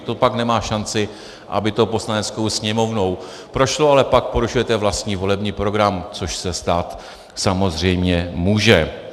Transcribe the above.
To pak nemá šanci, aby to Poslaneckou sněmovnou prošlo, ale pak porušujete vlastní volební program, což se stát samozřejmě může.